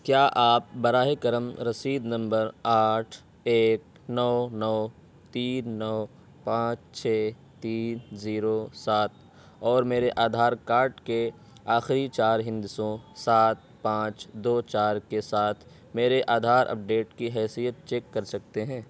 کیا آپ براہ کرم رسید نمبر آٹھ ایک نو نو تین نو پانچ چھ تین زیرو سات اور میرے آدھار کارڈ کے آخری چار ہندسوں سات پانچ دو چار کے ساتھ میرے آدھار اپڈیٹ کی حیثیت چیک کر سکتے ہیں